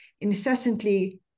incessantly